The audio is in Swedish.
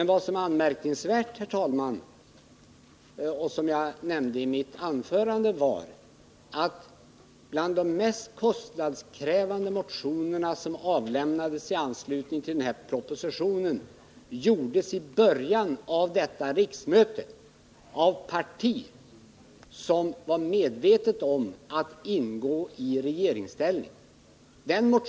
Vad som är anmärkningsvärt — det nämnde jag också i mitt anförande — är att ett av de mest kostnadskrävande motionsyrkanden som ställts i samband med den här propositionen gjordes i början av detta riksmöte av ett parti som visste att det skulle ingå i regeringen.